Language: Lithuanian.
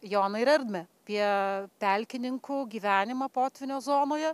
joną ir erdmę apie pelkininkų gyvenimą potvynio zonoje